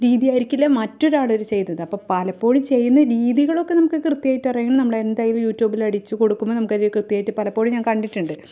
രീതിയായിരിക്കില്ല മറ്റൊരാൾ ചെയ്തത് അപ്പോൾ പലപ്പോഴും ചെയ്യുന്ന രീതികളൊക്കെ നമുക്ക് കൃത്യമായിട്ട് അറിയാം നമ്മൾ എന്തായാലും യൂടുബില് അടിച്ചു കൊടുക്കുമ്പോൾ നമുക്കത് കൃത്യമായിട്ട് പലപ്പോഴും ഞാന് കണ്ടിട്ടിണ്ട്